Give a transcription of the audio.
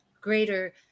greater